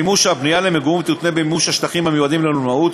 מימוש הבנייה למגורים יותנה במימוש השטחים המיועדים למלונאות,